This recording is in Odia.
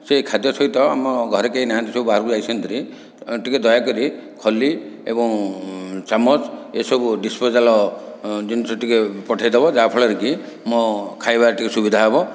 ସେହି ଖାଦ୍ୟ ସହିତ ଆମ ଘରେ କେହି ନାହାଁନ୍ତି ସବୁ ବାହାରକୁ ଯାଇଛନ୍ତି ଭାରି ଟିକେ ଦୟାକରି ଖଲି ଏବଂ ଚାମଚ ଏସବୁ ଡିସପୋଜାଲ୍ ଜିନିଷ ଟିକେ ପଠାଇଦେବ ଯାହାଫଳରେ କି ମୋ ଖାଇବାରେ ଟିକେ ସୁବିଧା ହେବ